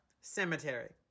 cemetery